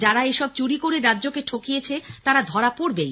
যারা এসব চুরি করে রাজ্যকে ঠকিয়েছে তারা ধরা পড়বেই